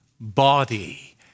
body